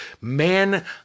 Man